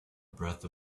breath